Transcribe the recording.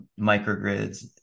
microgrids